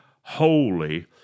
holy